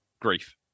grief